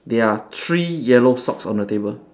there are three yellow socks on the table